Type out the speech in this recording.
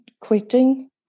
quitting